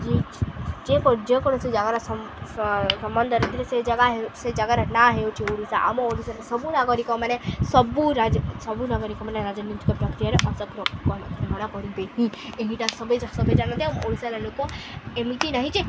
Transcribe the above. ଯେ ଯେକୌଣସି ଜାଗାର ସମ୍ବନ୍ଧରେ ଥିଲେ ସେ ଜାଗା ସେ ଜାଗାରେ ନାଁ ହେଉଛିି ଓଡ଼ିଶା ଆମ ଓଡ଼ିଶାରେ ସବୁ ନାଗରିକମାନେେ ସବୁ ସବୁ ନାଗରିକମାନୋନେ ରାଜନୈତିକ ପ୍ରକୟାରେ ଅଂଶ ଗ୍ରହଣ କରିବେ ହିଁ ଏଇଟା ସଭିଏଁ ସ ଜାଣନ୍ତି ଓଡ଼ିଶାର ଲୋକ ଏମିତି ନାହିଁ ଯେ